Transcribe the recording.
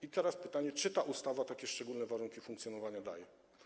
I teraz pytanie: Czy ta ustawa takie szczególne warunki funkcjonowania daje?